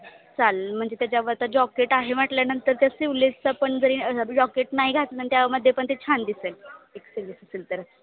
चाल म्हणजे त्याच्यावर तर जॉकेट आहे म्हटल्यानंतर त्या सिवलेसचा पण जरी जॉकेट नाही घातलंनं त्यामध्ये पण ते छान दिसेल एक सिल्ले सिल तर